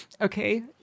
okay